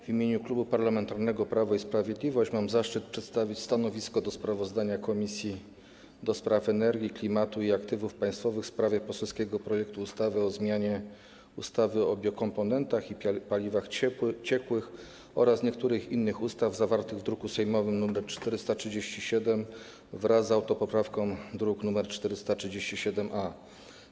W imieniu Klubu Parlamentarnego Prawo i Sprawiedliwość mam zaszczyt przedstawić stanowisko wobec sprawozdania Komisji do Spraw Energii, Klimatu i Aktywów Państwowych w sprawie poselskiego projektu ustawy o zmianie ustawy o biokomponentach i biopaliwach ciekłych oraz niektórych innych ustaw, zawartego w druku sejmowym nr 437, wraz z autopoprawką, druk nr 437-A.